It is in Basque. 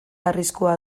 arriskua